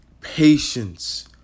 patience